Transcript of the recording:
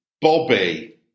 Bobby